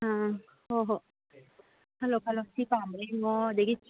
ꯎꯝ ꯍꯣꯏ ꯍꯣꯏ ꯈꯜꯂꯣ ꯈꯜꯂꯣ ꯁꯤ ꯄꯥꯝꯕ꯭ꯔꯥ ꯌꯦꯡꯉꯣ ꯑꯗꯒꯤ